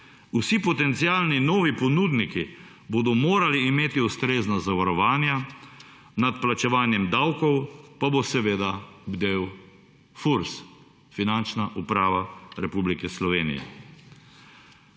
Vsi potencialni novi ponudniki bodo morali imeti ustrezna zavarovanja, nad plačevanjem davkov pa bo seveda bdel FURS – Finančna uprava Republike Slovenije.